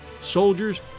soldiers